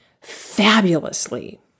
fabulously